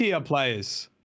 players